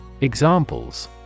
Examples